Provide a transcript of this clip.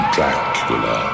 Dracula